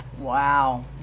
Wow